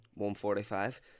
145